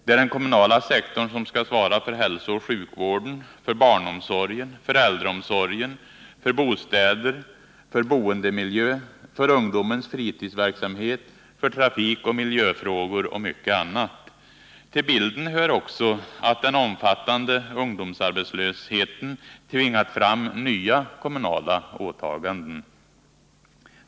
Det är den kommunala sektorn som skall svara för hälsooch sjukvård, barnomsorg, äldreomsorg, bostäder, boendemiljö, ungdomens fritidsverksamhet, trafikoch miljöfrågor och mycket annat. Till bilden hör också att den omfattande ungdomsarbetslösheten har tvingat fram nya kommunala åtaganden.